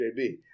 JB